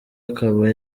akaba